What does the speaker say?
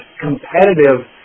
competitive